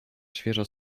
świeżo